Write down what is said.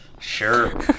Sure